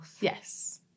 Yes